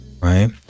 right